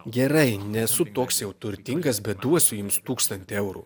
gerai nesu toks jau turtingas bet duosiu jums tūkstantį eurų